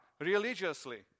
religiously